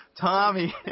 Tommy